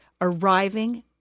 arriving